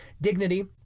dignity